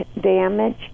damage